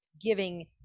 giving